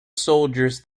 soldiers